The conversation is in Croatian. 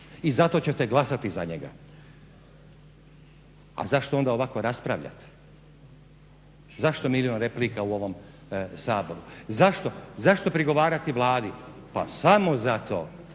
i zato ćete glasati za njega. A zašto onda ovako raspravljate, zašto milijun replika u ovom Saboru, zašto prigovarati vladi, pa samo zato